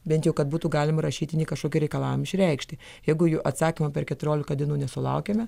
bent jau kad būtų galima rašytinį kažkokį reikalavimą išreikšti jeigu jų atsakymo per keturiolika dienų nesulaukiame